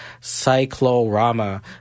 Cyclorama